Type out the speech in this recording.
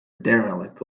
derelict